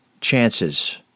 chances